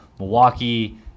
Milwaukee